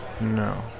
No